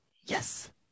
Yes